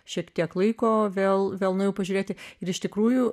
šiek tiek laiko vėl vėl nuėjau pažiūrėti ir iš tikrųjų